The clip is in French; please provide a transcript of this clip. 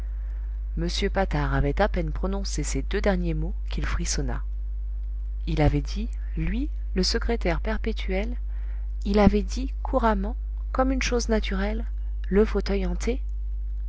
m patard avait à peine prononcé ces deux derniers mots qu'il frissonna il avait dit lui le secrétaire perpétuel il avait dit couramment comme une chose naturelle le fauteuil hanté